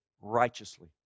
righteously